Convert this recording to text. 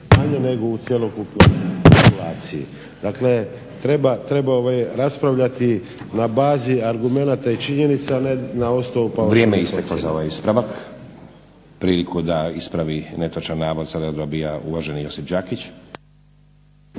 manja nego u cjelokupnoj populaciji. Dakle, treba raspravljati na bazi argumenata i činjenica, a ne na osnovu paušalnih ocjena. **Stazić, Nenad (SDP)** Vrijeme je isteklo za ovaj ispravak. Priliku da ispravi netočan navod sada dobiva uvaženi Josip Đakić.